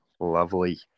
Lovely